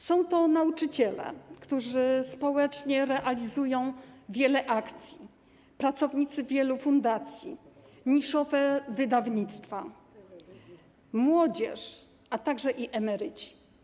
Są to nauczyciele, którzy społecznie realizują wiele akcji, pracownicy wielu fundacji, niszowe wydawnictwa, młodzież, a także emeryci.